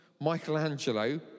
michelangelo